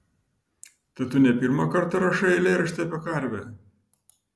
tai tu ne pirmą kartą rašai eilėraštį apie karvę